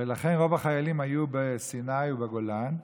ולכן רוב החיילים היו בסיני ובגולן.